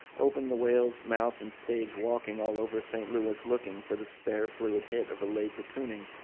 open the whale's mouth and stage walking all over st. louis, looking for the spare fluid hit of a late de kooning,